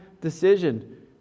decision